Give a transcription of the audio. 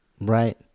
Right